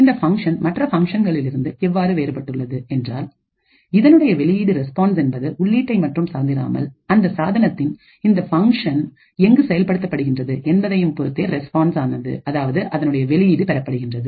இந்த ஃபங்க்ஷன் மற்ற ஃபங்க்ஷன்களிலிருந்து எவ்வாறாக வேறுபட்டுள்ளது என்றால் இதனுடைய வெளியீடு ரெஸ்பான்ஸ் என்பது உள்ளீட்டை மட்டும் சார்ந்திராமல் அந்த சாதனத்தில் இந்த ஃபங்க்ஷன் எங்கு செயல்படுத்தப்படுகின்றது என்பதையும் பொருத்தே ரெஸ்பான்ஸ் அதாவது அதனுடைய வெளியீடு பெறப்படுகின்றது